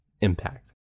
Impact